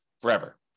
forever